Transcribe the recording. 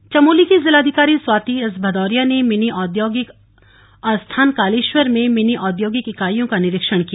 निरीक्षण चमोली चमोली की जिलाधिकारी स्वाति एस भदौरिया ने मिनी औद्योगिक अस्थान कालेश्वर में मिनी औद्योगिक इकाइयों का निरीक्षण किया